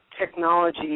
technology